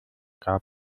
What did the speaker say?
gab